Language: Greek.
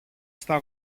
στα